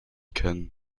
kennen